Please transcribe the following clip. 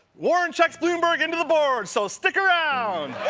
warren checks bloomberg into the boards! so stick around!